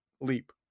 leap